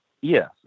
Yes